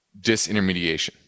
disintermediation